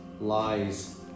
lies